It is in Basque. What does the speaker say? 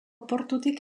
portutik